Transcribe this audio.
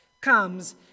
comes